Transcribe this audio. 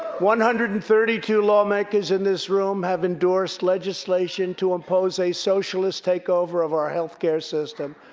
one hundred and thirty two lawmakers in this room have endorsed legislation to impose a socialist takeover of our healthcare system,